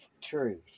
truth